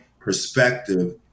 perspective